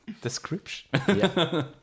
description